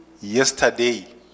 yesterday